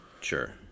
Sure